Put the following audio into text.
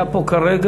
היה פה כרגע,